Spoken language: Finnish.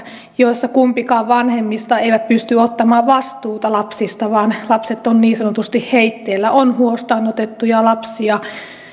joissa kumpikaan vanhemmista ei pysty ottamaan vastuuta lapsista vaan lapset ovat niin sanotusti heitteillä on huostaan otettuja lapsia